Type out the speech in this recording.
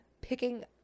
picking